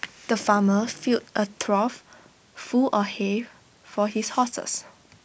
the farmer filled A trough full of hay for his horses